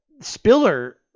Spiller